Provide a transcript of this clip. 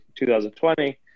2020